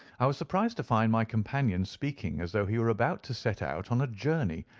i was surprised to find my companion speaking as though he were about to set out on a journey,